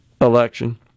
election